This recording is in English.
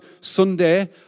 Sunday